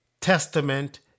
testament